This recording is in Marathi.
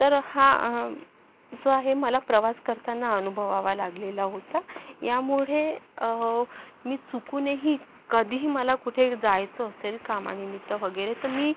तर हा जो आहे मला प्रवास करताना अनुभवावा लागलेला होता यामुळे मी चुकूनही कधीही मला कुठे जायचं असेल कामानिमित्त वगैरे तर मी